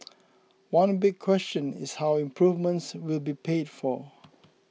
one big question is how improvements will be paid for